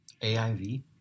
AIV